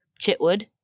Chitwood